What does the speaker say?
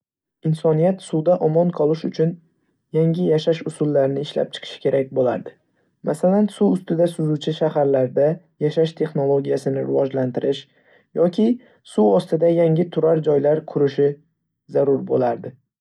Insoniyat suvda omon qolish uchun yangi yashash usullarini ishlab chiqishi kerak bo‘lardi. Masalan, suv ustida suzuvchi shaharlarda yashash texnologiyasini rivojlantirish yoki suv ostida yangi turar-joylar qurishi zarur bo‘lardi.